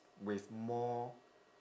with more